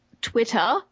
Twitter